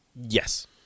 Yes